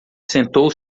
sentou